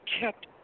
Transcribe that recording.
kept